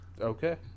Okay